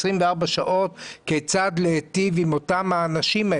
24 שעות כיצד להיטיב עם אותם האנשים.